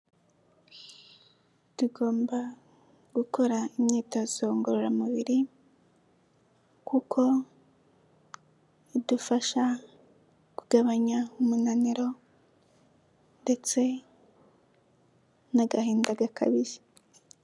Tugomba gukora imyitozo ngororamubiri kuko idufasha kugabanya umunaniro ndetse n'agahinda gakabije.